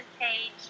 page